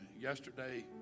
Yesterday